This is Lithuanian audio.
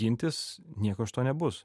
gintis nieko iš to nebus